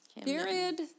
Period